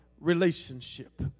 relationship